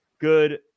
good